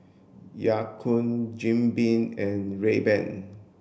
Ya Kun Jim Beam and Rayban